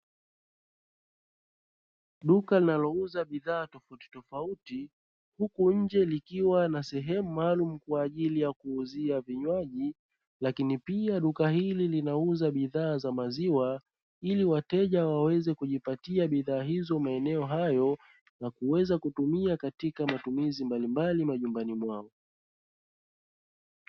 Duka linalouza bidhaa tofautitofauti, huku nje likiwa na sehemu maalumu kwa ajili ya kuuzia vinywaji lakini pia duka hili linauza bidhaa za maziwa, ili wateja waweze kujipatia bidhaa hizo maeneo hayo na kuweza kutumia katika matumizi mbalimbali manyumbani mwao.